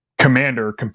commander